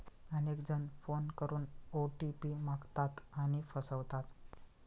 अनेक जण फोन करून ओ.टी.पी मागतात आणि फसवतात